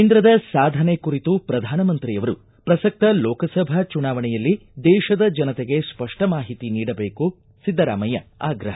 ಕೇಂದ್ರದ ಸಾಧನೆ ಕುರಿತು ಪ್ರಧಾನಮಂತ್ರಿಯವರು ಪ್ರಸಕ್ತ ರೋಕಸಭಾ ಚುನಾವಣೆಯಲ್ಲಿ ದೇತದ ಜನತೆಗೆ ಸ್ಪಷ್ಟ ಮಾಹಿತಿ ನೀಡಬೇಕು ಸಿದ್ದರಾಮಯ್ಯ ಆಗ್ರಹ